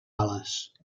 ales